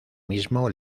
mismo